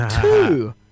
two